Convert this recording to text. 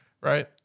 right